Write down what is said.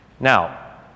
Now